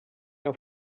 auf